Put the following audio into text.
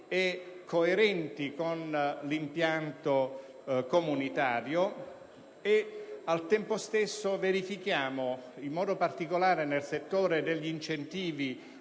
e coerenti con l'impianto comunitario. Al tempo stesso, verifichiamo, in modo particolare nel settore degli incentivi